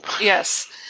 Yes